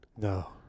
no